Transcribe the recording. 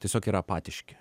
tiesiog yra apatiški